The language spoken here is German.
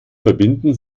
verbinden